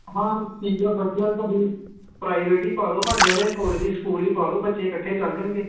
private ਹੀ ਪਾ ਲਓ ਸਾਡੇ ਵਾਲੇ ਕੋਲ ਹੀ ਸਕੂਲ ਹੀ ਪਾ ਲਓ ਬੱਚੇ ਇਕੱਠੇ ਚੱਲ ਜਾਣਗੇ